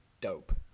dope